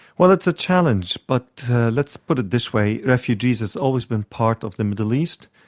well, it's a challenge but let's put it this way, refugees has always been part of the middle east.